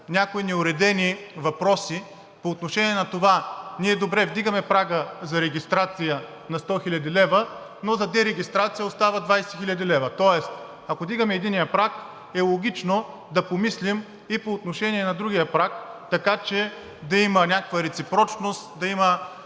някои неуредени въпроси по отношение на това, че ние добре вдигаме прага за регистрация на 100 хил. лв., но за дерегистрация остават 20 хил. лв. Тоест, ако вдигаме единия праг, логично е да помислим и по отношение на другия праг, така че да има някаква реципрочност, да има